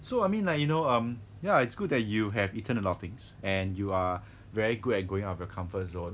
so I mean like you know um ya it's good that you have eaten a lot of things and you are very good at going out of your comfort zone